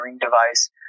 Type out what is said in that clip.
device